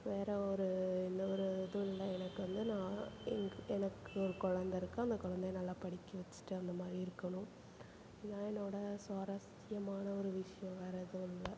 வேறு ஒரு எந்த ஒரு இதுவும் இல்லை எனக்கு வந்து நான் எனக்கு எனக்கு ஒரு கொழந்தை இருக்குது அந்த குழந்தைய நல்லா படிக்க வெச்சுட்டு அந்த மாதிரி இருக்கணும் இதான் என்னோடய சுவாரசியமான ஒரு விஷியம் வேறு எதுவும் இல்லை